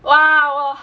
!wow!